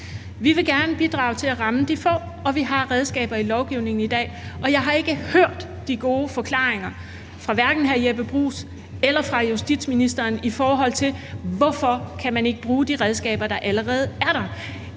Vi vil gerne bidrage til at ramme de få, og vi har redskaber i lovgivningen i dag. Og jeg har ikke hørt de gode forklaringer fra hverken hr. Jeppe Bruus eller fra justitsministeren, i forhold til hvorfor man ikke kan bruge de redskaber, der allerede er der.